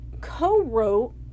co-wrote